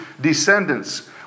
descendants